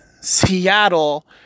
Seattle